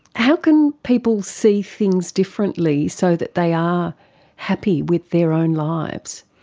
how can people see things differently so that they are happy with their own lives?